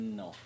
no